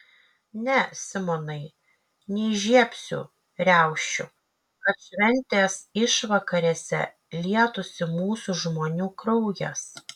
ne simonai neįžiebsiu riaušių kad šventės išvakarėse lietųsi mūsų žmonių kraujas